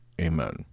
Amen